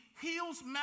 heals